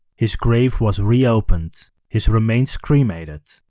his grave was reopened his remains cremated,